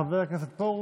חבר הכנסת פרוש,